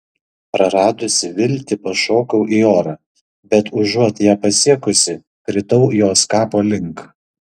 praradusi viltį pašokau į orą bet užuot ją pasiekusi kritau jos kapo link